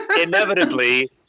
inevitably